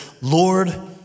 Lord